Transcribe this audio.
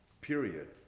Period